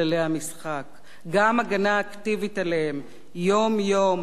גם הגנה אקטיבית עליהם יום-יום ושעה-שעה,